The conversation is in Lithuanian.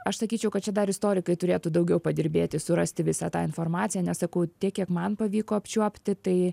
aš sakyčiau kad čia dar istorikai turėtų daugiau padirbėti surasti visą tą informaciją nes sakau tiek kiek man pavyko apčiuopti tai